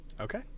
okay